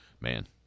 man –